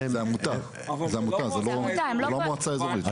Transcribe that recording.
זה עמותה, זה לא מועצה אזורית.